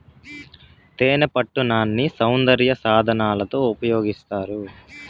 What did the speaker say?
తేనెపట్టు నాన్ని సౌందర్య సాధనాలలో ఉపయోగిస్తారు